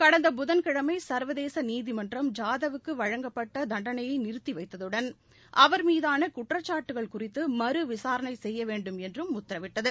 கடந்த புதன்கிழமை சர்வதேசநீதிமன்றம் ஜாதவக்குவழங்கப்பட்டதண்டனையைநிறுத்திவைத்ததுடன் அவர் மீதானகுற்றச்சாட்டுகள் குறித்துமறுவிசாரணைசெய்யவேண்டும் என்றும் உத்தரவிட்டது